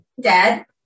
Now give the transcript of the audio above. Dad